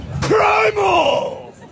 Primal